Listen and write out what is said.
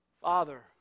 Father